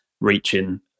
reaching